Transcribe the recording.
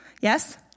Yes